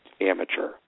amateur